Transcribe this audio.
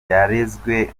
yarezwe